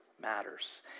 matters